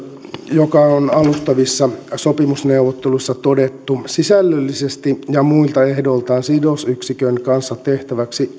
joka on alustavissa sopimusneuvotteluissa todettu sisällöllisesti ja muilta ehdoiltaan sidosyksikön kanssa tehtäväksi